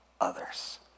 others